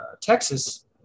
Texas